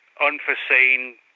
unforeseen